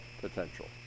potential